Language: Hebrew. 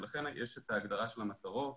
לכן יש את ההגדרה של המטרות